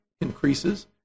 increases